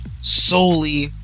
Solely